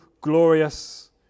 glorious